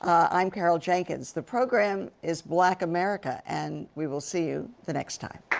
i'm carol jenkins. the program is black america. and we will see you the next time.